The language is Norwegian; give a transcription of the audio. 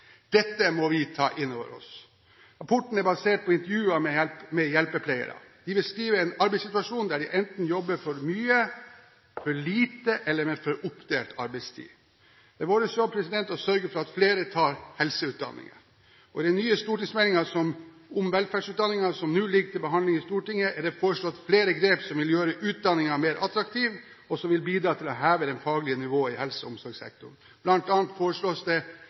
Dette må vi ta inn over oss. Rapporten er basert på intervjuer med hjelpepleiere. De beskriver en arbeidssituasjon der de enten jobber for mye, for lite eller med for oppdelt arbeidstid. Det er vår jobb å sørge for at flere tar helseutdanninger. I den nye stortingsmeldingen om velferdsutdanningene som nå ligger til behandling i Stortinget, er det foreslått flere grep som vil gjøre utdanningene mer attraktive, og som vil bidra til å heve det faglige nivået i helse- og omsorgssektoren. Blant annet foreslås det